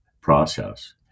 process